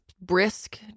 brisk